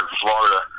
Florida